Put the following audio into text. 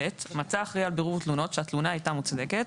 (ב)מצא האחראי על בירור תלונות שהתלונה הייתה מוצדקת,